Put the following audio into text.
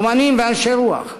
אמנים ואנשי רוח,